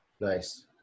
Nice